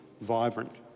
vibrant